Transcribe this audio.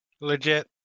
Legit